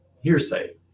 hearsay